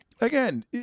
again